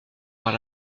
par